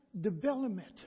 development